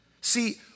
See